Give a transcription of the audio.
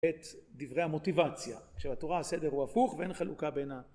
את דברי המוטיבציה כשהתורה הסדר הוא הפוך ואין חלוקה בין